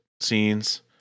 scenes